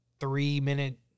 three-minute